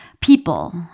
people